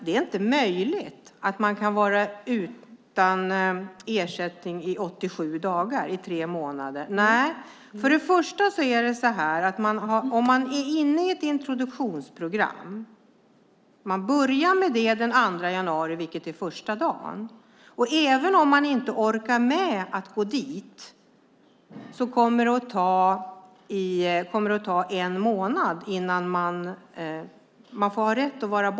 Det är inte möjligt att man kan bli utan ersättning i 87 dagar - tre månader. Om man är inne i ett introduktionsprogram börjar det den 2 januari, vilket är första dagen. Även om man inte orkar gå dit har man rätt att vara borta en månad innan man får avdrag.